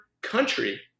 country